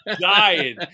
dying